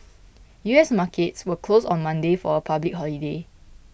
U S markets were closed on Monday for a public holiday